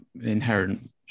inherent